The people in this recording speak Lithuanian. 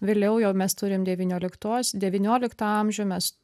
vėliau jau mes turim devynioliktos devynioliktą amžių mes